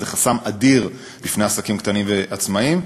שזה חסם אדיר בפני עסקים קטנים ועצמאים,